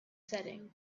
setting